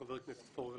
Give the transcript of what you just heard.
חבר הכנסת פורר,